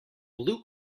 blue